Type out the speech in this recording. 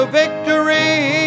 victory